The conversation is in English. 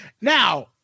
Now